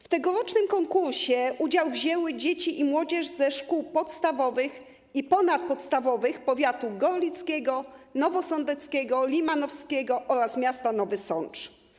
W tegorocznym konkursie udział wzięły dzieci i młodzież ze szkół podstawowych i ponadpodstawowych z powiatów gorlickiego, nowosądeckiego, limanowskiego oraz miasta Nowy Sącz.